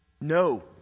No